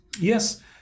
Yes